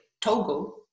Togo